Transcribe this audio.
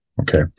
Okay